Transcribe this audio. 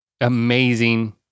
amazing